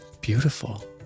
beautiful